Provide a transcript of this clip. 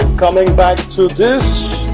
coming back to this